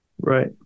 Right